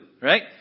right